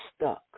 stuck